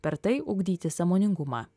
per tai ugdyti sąmoningumą